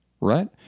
right